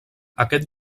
aquest